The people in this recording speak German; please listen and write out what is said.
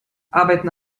arbeiten